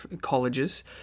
colleges